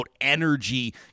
energy